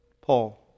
Paul